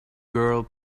girl